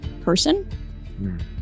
person